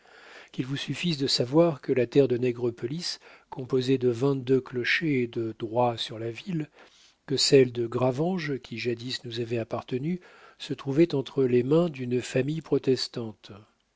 qu'il vous suffise de savoir que la terre de nègrepelisse composée de vingt-deux clochers et de droits sur la ville que celle de gravenges qui jadis nous avait appartenu se trouvaient entre les mains d'une famille protestante